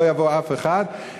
לא יעבור אף אחד,